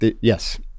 Yes